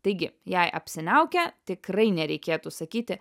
taigi jei apsiniaukę tikrai nereikėtų sakyti